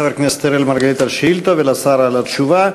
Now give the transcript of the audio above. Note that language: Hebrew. תודה לחבר הכנסת אראל מרגלית על השאילתה ולשר על התשובה.